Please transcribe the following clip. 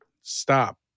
stop